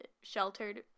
sheltered